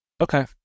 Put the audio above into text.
okay